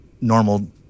normal